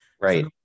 Right